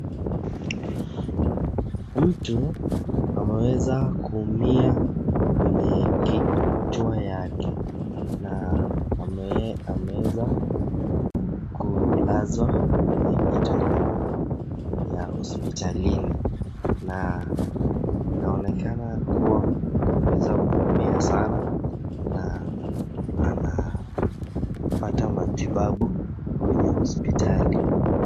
Mtu ameweza kuumia kwenye kichwa yake, na ameweza kulazwa kwenye kitanda ya hospitalini, na inaonekana kuwa ameeza kuumia sana, na anapata matibabu kwenye hospitali.